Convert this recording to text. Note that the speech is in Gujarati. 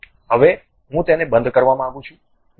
હવે હું તેને બંધ કરવા માંગુ છું હું હંમેશાં તેને બંધ કરી શકું છું